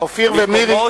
של מקומות